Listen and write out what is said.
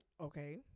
Okay